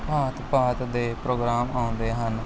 ਭਾਂਤ ਭਾਂਤ ਦੇ ਪ੍ਰੋਗਰਾਮ ਆਉਂਦੇ ਹਨ